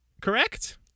correct